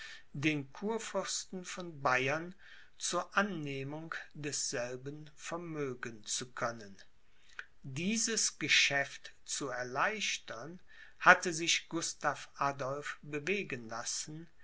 den kurfürsten von bayern zu annehmung desselben vermögen zu können dieses geschäft zu erleichtern hatte sich gustav adolph bewegen lassen